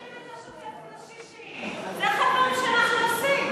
לכן אנחנו משלמים את השוטף פלוס 60. זה אחד הדברים שאנחנו עושים.